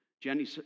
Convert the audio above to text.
Jenny